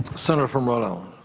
senator from rhode um